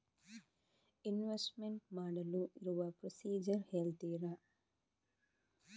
Investment ಮಾಡಲು ಇರುವ procedure ಹೇಳ್ತೀರಾ?